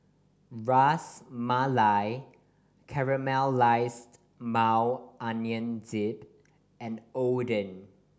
Ras Malai Caramelized Maui Onion Dip and Oden